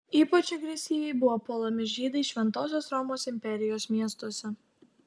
ypač agresyviai buvo puolami žydai šventosios romos imperijos miestuose